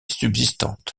subsistante